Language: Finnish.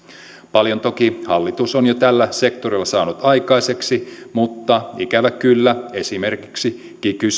paljon toki hallitus on jo tällä sektorilla saanut aikaiseksi mutta ikävä kyllä esimerkiksi kiky